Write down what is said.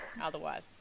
otherwise